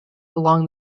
along